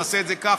נעשה את זה כך.